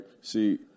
see